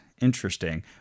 Interesting